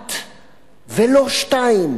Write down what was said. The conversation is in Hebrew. אחת ולא שתיים,